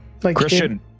Christian